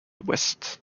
west